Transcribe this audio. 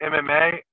MMA